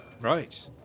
right